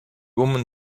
woman